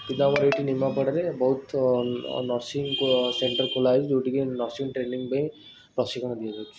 କିନ୍ତୁ ଆମ ଏଇଠି ନିମାପଡ଼ାରେ ବହୁତ ନର୍ସିଙ୍ଗ ସେଣ୍ଟର ଖୋଲା ହେଇଛି ଯେଉଁଟାକି ନର୍ସିଙ୍ଗ ଟ୍ରେନିଙ୍ଗ ପାଇଁ ପ୍ରଶିକ୍ଷଣ ଦିଆଯାଉଛି